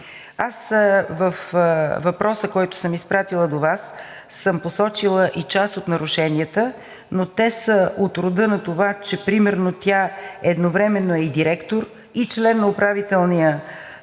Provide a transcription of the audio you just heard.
Във въпроса, който съм изпратила до Вас, съм посочила и част от нарушенията, но те са от рода на това, че примерно тя едновременно е и директор, и член на Управителния